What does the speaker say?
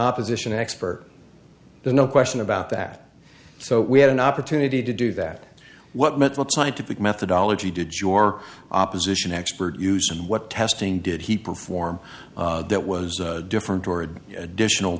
opposition expert there's no question about that so we had an opportunity to do that what mental scientific methodology did your opposition expert use and what testing did he perform that was different or additional